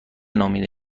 نامیده